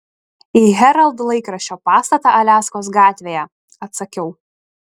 į herald laikraščio pastatą aliaskos gatvėje atsakiau